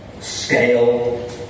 scale